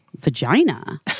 vagina